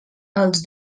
els